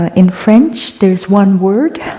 ah in french, there is one word,